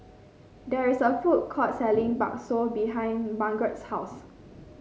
there is a food court selling bakso behind Margeret's house